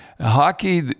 hockey